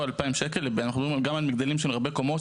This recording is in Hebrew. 2000 שקל אנחנו מדברים גם על מגדלים של הרבה קומות,